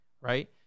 right